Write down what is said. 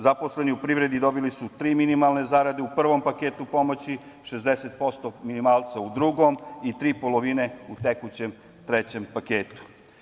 Zaposleni u privredi dobili su tri minimalne zarade u prvom paketu pomoći, 60% minimalca u drugom i tri polovine u tekućem trećem paketu.